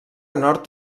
nord